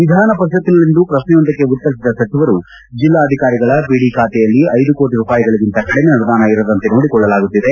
ವಿಧಾನಪರಿಷತ್ತಿನಲ್ಲಿಂದು ಪ್ರಕ್ಷೆಯೊಂದಕ್ಕೆ ಉತ್ತರಿಸಿದ ಸಚಿವರು ಜಿಲ್ಲಾಧಿಕಾರಿಗಳ ಪಿಡಿ ಬಾತೆಯಲ್ಲಿ ಕೋಟ ರೂಪಾಯಿಗಳಗಿಂತ ಕಡಿಮೆ ಅನುದಾನ ಇರದಂತೆ ನೋಡಿಕೊಳ್ಳಲಾಗುತ್ತಿದೆ